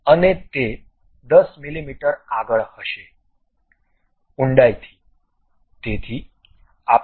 અને તે 10 મીમી આગળ હશે ઊંડાઈથી